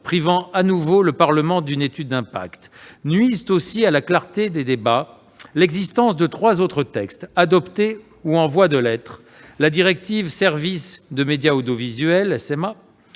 privant de nouveau le Parlement d'une étude d'impact. Nuit aussi à la clarté de nos débats l'existence de trois autres textes adoptés ou en voie de l'être : la directive Services de médias audiovisuels,